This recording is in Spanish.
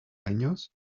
años